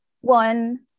One